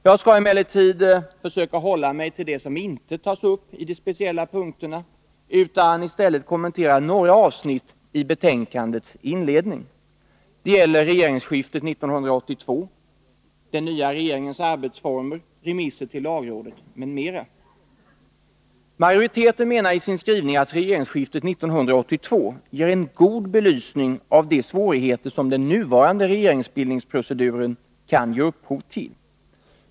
Jag skall emellertid försöka hålla mig till det som inte tas upp där utan i några avsnitt i betänkandets inledning. Det gäller regerings Majoriteten menar i sin skrivning att regeringsskiftet 1982 ger en god belysning av de svårigheter som den nuvarande regeringsbildningsproceduren kan ge upphov till.